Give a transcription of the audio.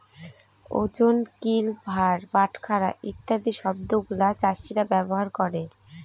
ওজন, কিল, ভার, বাটখারা ইত্যাদি শব্দগুলা চাষীরা ব্যবহার করে